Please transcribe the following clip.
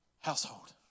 household